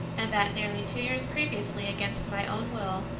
and that nearly two years previously, against my own will,